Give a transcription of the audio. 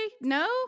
no